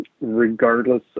regardless